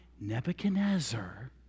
Nebuchadnezzar